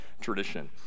tradition